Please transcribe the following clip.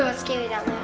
ah scary down